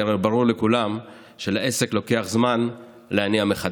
כי הרי ברור לכולם שלעסק לוקח זמן להניע מחדש,